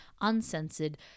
uncensored